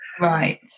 Right